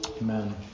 Amen